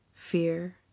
Fear